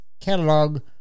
catalog